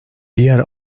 diğer